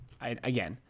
again